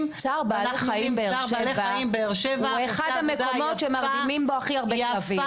--- צער בעלי חיים באר שבע הוא אחד המקומות שמרדימים בו הכי הרבה כלבים.